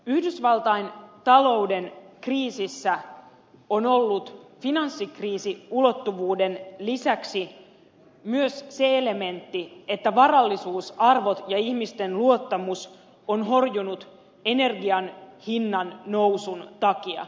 yhdysvaltain talouden kriisissä on ollut finanssikriisiulottuvuuden lisäksi myös se elementti että varallisuusarvot ja ihmisten luottamus ovat horjuneet energian hinnannousun takia